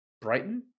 Brighton